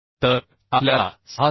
तर आपल्याला 66